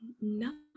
no